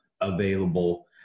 available